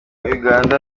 uganda